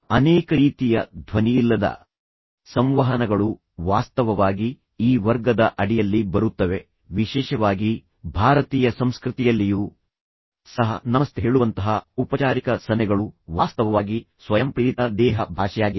ಅನೇಕ ರೀತಿಯ ಧ್ವನಿಯಿಲ್ಲದ ಸಂವಹನಗಳು ವಾಸ್ತವವಾಗಿ ಈ ವರ್ಗದ ಅಡಿಯಲ್ಲಿ ಬರುತ್ತವೆ ವಿಶೇಷವಾಗಿ ಭಾರತೀಯ ಸಂಸ್ಕೃತಿಯಲ್ಲಿಯೂ ಸಹ ನಮಸ್ತೆ ಹೇಳುವಂತಹ ಔಪಚಾರಿಕ ಸನ್ನೆಗಳು ವಾಸ್ತವವಾಗಿ ಸ್ವಯಂಪ್ರೇರಿತ ದೇಹ ಭಾಷೆಯಾಗಿದೆ